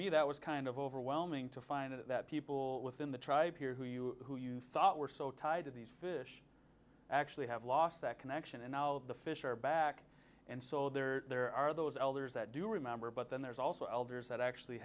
me that was kind of overwhelming to find that people within the tribe here who you who you thought were so tied to these fish actually have lost that connection and now the fish are back and so there are there are those elders that do remember but then there's also elders that actually